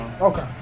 Okay